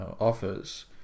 offers